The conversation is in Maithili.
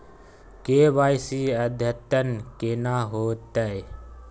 के.वाई.सी अद्यतन केना होतै?